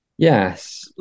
Yes